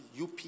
UP